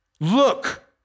Look